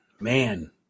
Man